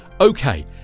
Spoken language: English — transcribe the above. Okay